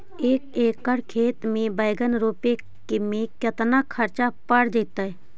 एक एकड़ खेत में बैंगन रोपे में केतना ख़र्चा पड़ जितै?